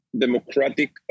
democratic